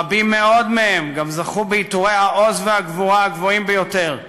רבים מאוד מהם גם זכו בעיטורי העוז והגבורה הגבוהים ביותר,